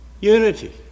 Unity